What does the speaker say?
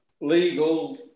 legal